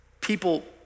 people